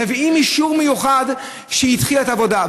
מביאים אישור מיוחד שהיא התחילה את העבודה,